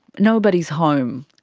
nobody's home.